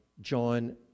John